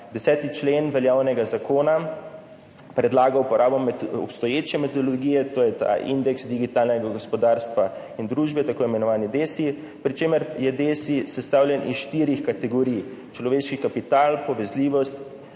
10. člen veljavnega zakona predlaga uporabo obstoječe metodologije, to je ta indeks digitalnega gospodarstva in družbe, tako imenovani DESI, pri čemer je DESI sestavljen iz štirih kategorij: človeški kapital, povezljivost,